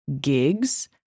gigs